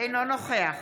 אינו נוכח